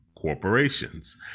corporations